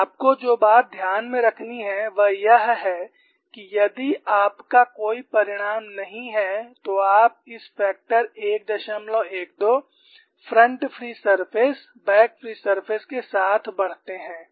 तो आपको जो बात ध्यान में रखनी है वह यह है कि यदि आपका कोई परिणाम नहीं है तो आप इस factor 112 front free surface back free surface के साथ बढ़ते हैं